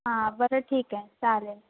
हां बरं ठीक आहे चालेल